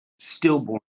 Stillborn